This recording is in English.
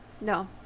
no